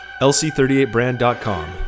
LC38brand.com